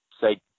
say